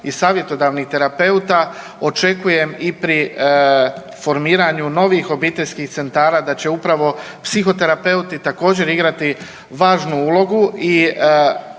i savjetodavnih terapeuta očekujem i pri formiranju novih obiteljskih centara da će upravo psihoterapeuti također igrati važnu ulogu